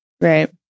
Right